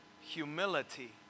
Humility